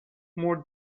more